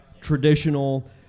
traditional